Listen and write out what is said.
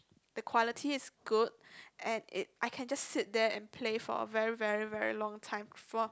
the quality is good and it I can just sit there and play for a very very very long time before